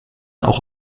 auch